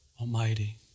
Almighty